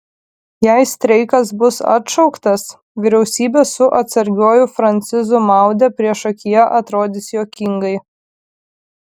jei streikas bus atšauktas vyriausybė su atsargiuoju francisu maude priešakyje atrodys juokingai